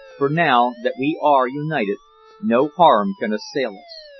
for now that we are united no harm can assail us.